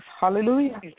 Hallelujah